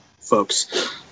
folks